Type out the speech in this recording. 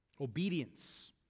Obedience